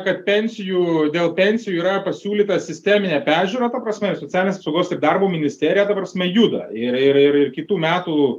kad pensijų dėl pensijų yra pasiūlyta sisteminė peržiūra ta prasme socialinės apsaugos ir darbo ministerija ta prasme juda ir ir ir kitų metų